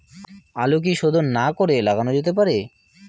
আলু কি শোধন না করে লাগানো যেতে পারে?